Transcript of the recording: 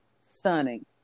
Stunning